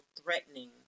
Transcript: threatening